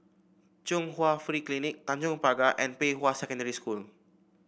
Chung Hwa Free Clinic Tanjong Pagar and Pei Hwa Secondary School